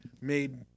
made